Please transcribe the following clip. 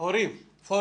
פורום הורים?